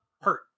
hurt